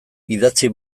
idatzi